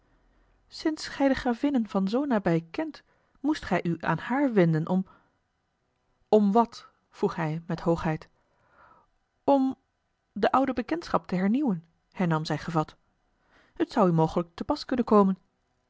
sinds gij de gravinnen van zoo nabij kent moest gij u aan haar wenden om om wat vroeg hij met hoogheid om de oude bekendschap te hernieuwen hernam zij gevat het zou u mogelijk te pas kunnen komen